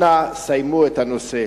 אנא סיימו את הנושא.